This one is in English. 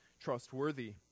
trustworthy